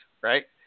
right